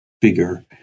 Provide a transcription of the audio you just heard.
bigger